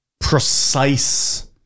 precise